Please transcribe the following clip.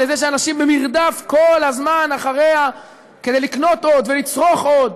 לזה שאנשים כל הזמן במרדף לקנות עוד ולצרוך עוד,